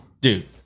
Dude